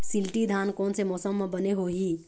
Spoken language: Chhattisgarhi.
शिल्टी धान कोन से मौसम मे बने होही?